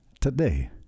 today